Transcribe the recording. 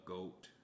Goat